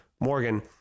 Morgan